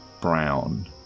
brown